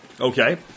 Okay